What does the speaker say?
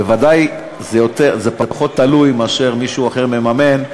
בוודאי זה פחות תלוי מאשר כשמישהו אחר מממן,